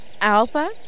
Alpha